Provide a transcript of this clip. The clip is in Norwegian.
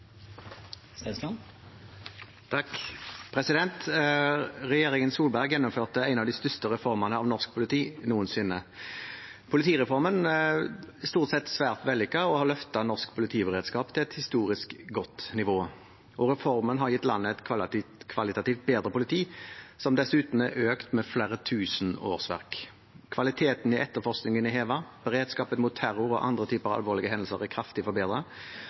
Regjeringen Solberg gjennomførte en av de største reformene av norsk politi noensinne. Politireformen er stort sett svært vellykket og har løftet norsk politiberedskap til et historisk godt nivå, og reformen har gitt landet et kvalitativt bedre politi, som dessuten er økt med flere tusen årsverk. Kvaliteten i etterforskningen er hevet, beredskapen mot terror og andre typer alvorlige hendelser er kraftig